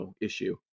issue